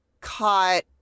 caught